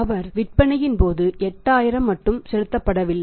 அவர் விற்பனையின் போது 8000 மட்டும் செலுத்தப்படவில்லை